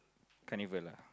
carnival lah